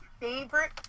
favorite